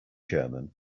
german